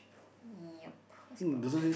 yup I suppose